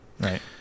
Right